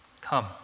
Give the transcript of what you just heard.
Come